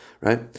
Right